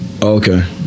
okay